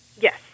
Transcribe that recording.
Yes